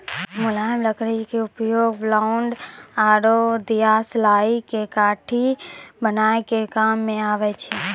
मुलायम लकड़ी के उपयोग प्लायउड आरो दियासलाई के काठी बनाय के काम मॅ आबै छै